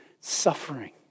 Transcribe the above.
suffering